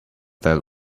that